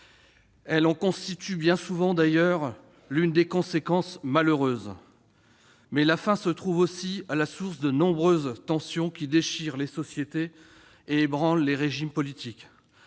Elle en constitue bien souvent l'une des conséquences malheureuses. La faim se trouve aussi à la source de nombreuses tensions qui déchirent les sociétés et ébranlent les régimes politiques.